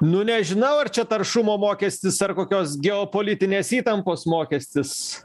nu nežinau ar čia taršumo mokestis ar kokios geopolitinės įtampos mokestis